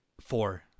four